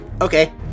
Okay